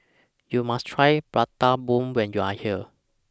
YOU must Try Prata Bomb when YOU Are here